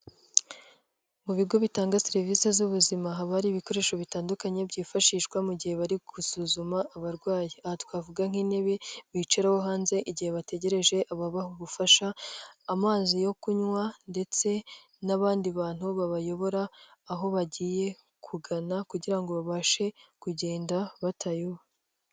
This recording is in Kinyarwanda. Mu bigo bitanga serivisi z'ubuzima haba hari Ibikoresho bitandukanye byifashishwa mu gihe bari gusuzuma abarwayi twavuga nk'intebe bicaraho hanze igihe bategereje ababaha ubufasha, amazi yo kunywa ndetse n'abandi bantu babayobora aho bagiye kugana kugira ngo babashe kugenda batayoba.